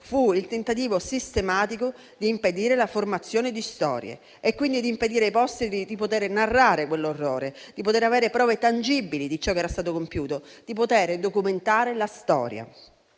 fu il tentativo sistematico di impedire la formazione di storie e quindi di impedire ai posteri di poter narrare quell'orrore, di poter avere prove tangibili di ciò che era stato compiuto, di potere documentare la storia.